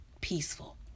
peaceful